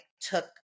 took